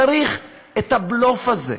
צריך את הבלוף הזה,